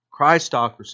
Christocracy